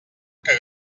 que